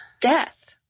Death